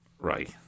right